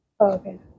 okay